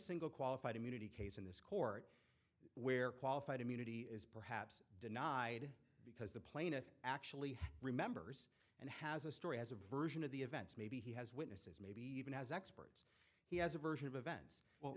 single qualified immunity case in this court where qualified immunity is perhaps denied because the plaintiff actually remembers and has a story has a version of the events maybe he has what maybe even has experts he has a version of events